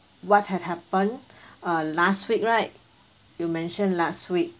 what had happened uh last week right you mentioned last week